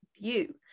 View